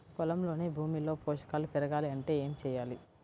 పొలంలోని భూమిలో పోషకాలు పెరగాలి అంటే ఏం చేయాలి?